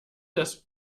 das